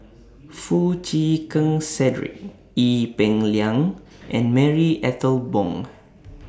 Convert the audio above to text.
Foo Chee Keng Cedric Ee Peng Liang and Marie Ethel Bong